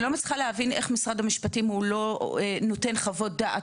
אני לא מצליחה להבין איך משרד המשפטים לא נותן חוות דעת